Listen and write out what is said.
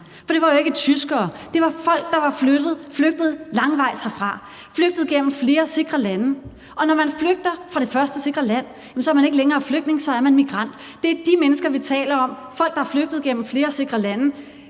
For det var jo ikke tyskere – det var folk, der var flygtet langvejsfra gennem flere sikre lande, og når man flygter fra det første sikre land, er man ikke længere flygtning, men migrant. Det er de mennesker, vi taler om – det er folk, der er flygtet gennem flere sikre lande